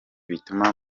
bituma